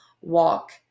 walk